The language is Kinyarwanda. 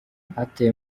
batewe